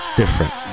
different